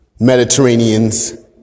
Mediterraneans